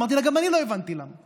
אמרתי לה: גם אני לא הבנתי למה.